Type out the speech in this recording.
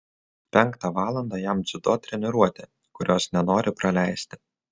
penktą valandą jam dziudo treniruotė kurios nenori praleisti